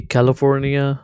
California